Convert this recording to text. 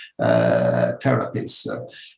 therapies